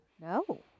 No